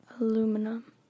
aluminum